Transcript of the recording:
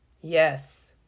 yes